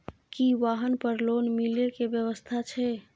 की वाहन पर लोन मिले के व्यवस्था छै?